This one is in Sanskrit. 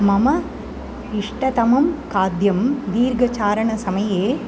मम इष्टतमं खाद्यं दीर्घचारणसमये